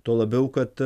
tuo labiau kad